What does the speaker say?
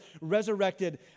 resurrected